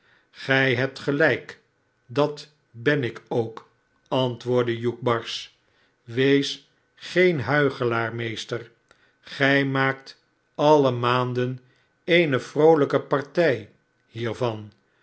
gij hebt gelijk dat ben ik ook antwoordde hugh barsch wees geen huichelaar meester gij maakt alle maanden eene vroolijke parti hiervan